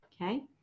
Okay